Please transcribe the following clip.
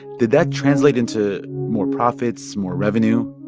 did that translate into more profits, more revenue?